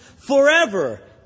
forever